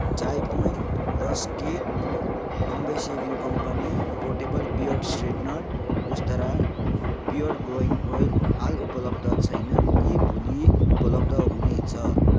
चाय Point rusk cake Bombay Shaving Company portable beard straightener र उस्त्रा बियर्ड ग्रोविङ ओइल हाल उपलब्ध छैनन् यी भोलि उपलब्ध हुनेछ